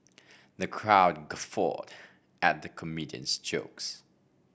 the crowd guffawed at the comedian's jokes